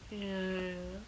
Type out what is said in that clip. ya ya